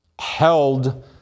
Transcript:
held